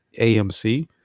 AMC